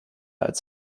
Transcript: als